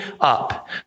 up